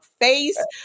face